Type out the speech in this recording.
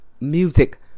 Music